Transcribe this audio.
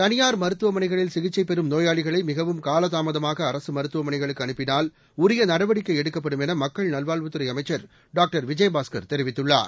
தனியார் மருத்துவமனைகளில் சிகிச்சை பெறும் நோயாளிகளை மிகவும் காலதாமதமாக அரசு மருத்துவமனைகளுக்கு அனுப்பிளால் உரிய நடவடிக்கை எடுக்கப்படும் என மக்கள் நல்வாழ்வுத்துறை அமைச்சர் டாக்டர் விஜயபாஸ்கர் தெரிவித்துள்ளார்